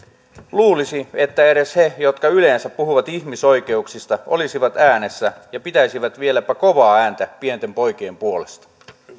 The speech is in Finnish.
luulisi että edes he jotka yleensä puhuvat ihmisoikeuksista olisivat äänessä ja pitäisivät vieläpä kovaa ääntä pienten poikien puolesta